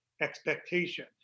expectation